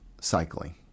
cycling